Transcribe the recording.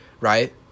Right